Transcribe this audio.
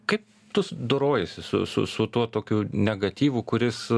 kaip tu dorojiesi su su su tuo tokiu negatyvu kuris